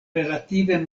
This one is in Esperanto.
relative